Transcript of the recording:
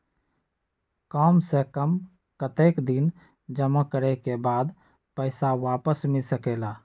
काम से कम कतेक दिन जमा करें के बाद पैसा वापस मिल सकेला?